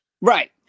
Right